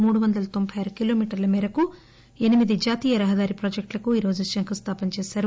మూడు వంద తొంబై ఆరు కిలోమీటర్ల మేరకు ఎనిమిది జాతీయ రహదారి ప్రాజెక్టులకు ఈరోజు శంకుస్థాపన చేశారు